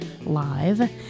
live